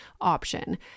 option